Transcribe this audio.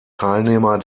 teilnehmer